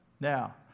now